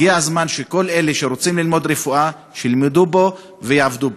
הגיע הזמן שכל אלה שרוצים ללמוד רפואה ילמדו פה ויעבדו פה.